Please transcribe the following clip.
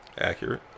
Accurate